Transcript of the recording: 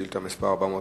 שאילתא מס' 401,